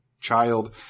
child